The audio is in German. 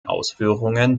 ausführungen